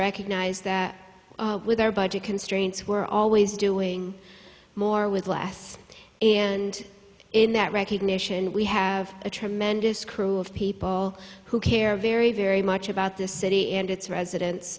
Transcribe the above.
recognize that with our budget constraints were always doing more with less and in that recognition we have a tremendous crew of people who care very very much about this city and its